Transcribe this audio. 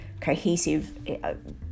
cohesive